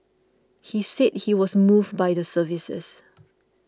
he said he was moved by the services